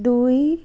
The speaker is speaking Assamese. দুই